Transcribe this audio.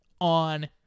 on